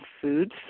foods